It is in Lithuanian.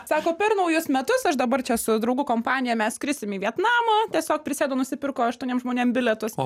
sako per naujus metus aš dabar čia su draugų kompanija mes skrisim į vietnamą tiesiog prisėdo nusipirko aštuoniem žmonėm bilietus